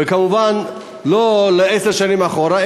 וכמובן לא לעשר שנים אחורה,